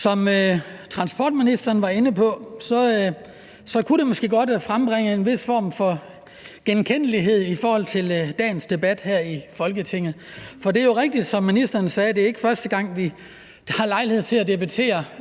Som transportministeren var inde på, kunne det her måske godt frembringe en vis form for genkendelighed i forhold til dagens debat her i Folketinget, for det er jo rigtigt, som ministeren sagde, at det ikke er første gang, vi har lejlighed til at debattere